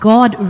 God